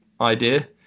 idea